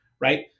right